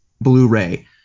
Blu-ray